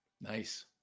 Nice